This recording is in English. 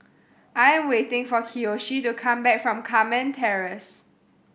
I am waiting for Kiyoshi to come back from Carmen Terrace